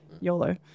YOLO